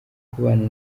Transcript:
kubana